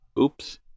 Oops